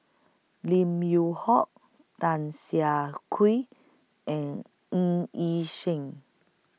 Lim Yew Hock Tan Siah Kwee and Ng Yi Sheng